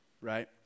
right